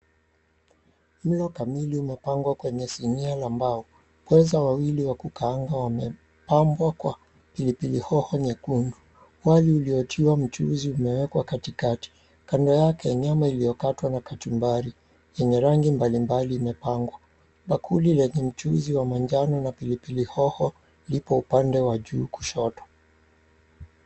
Mlo kamili umepangwa kwenye sinia la mbao. Pweza wawili wa kukaanga wamepambwa kwa pilipili hoho nyekundu, wali uliotiwa mchuzi umewekwa katikati, kando yake nyama iliyokatwa na kachumbari yenye rangi mbalimbali imepangwa. Bakuli lenye mchuzi wa manjano na pilipili hoho lipo upande wa juu kushoto.